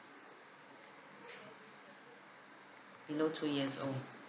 below two years old